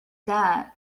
that